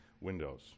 windows